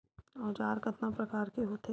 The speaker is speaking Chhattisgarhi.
औजार कतना प्रकार के होथे?